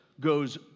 goes